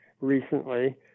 recently